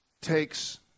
takes